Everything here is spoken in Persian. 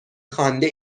خوانده